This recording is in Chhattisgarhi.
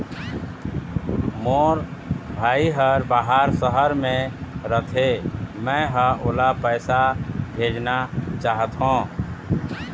मोर भाई हर बाहर शहर में रथे, मै ह ओला पैसा भेजना चाहथों